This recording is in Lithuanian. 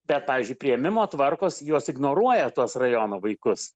bet pavyzdžiui priėmimo tvarkos juos ignoruoja tuos rajono vaikus